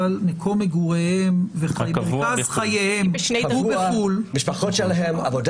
מקום מגורים ומרכז חייהם הקבוע הוא בחוץ לארץ.